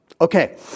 Okay